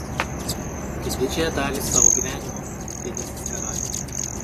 laukėt didžiąją dalį savo gyvenimo didysis karaliau